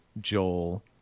Joel